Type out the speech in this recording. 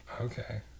Okay